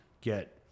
get